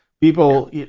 People